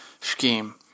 scheme